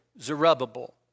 Zerubbabel